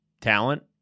talent